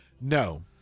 No